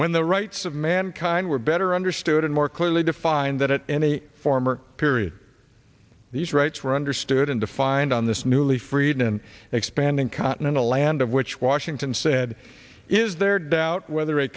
when the rights of mankind were better understood and more clearly defined that in a former period these rights were understood and defined on this newly freed and expanding continental land of which washington said is there doubt whether a